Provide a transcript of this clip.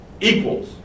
equals